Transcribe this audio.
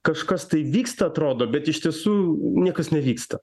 kažkas tai vyksta atrodo bet iš tiesų niekas nevyksta